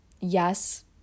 yes